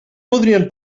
podrien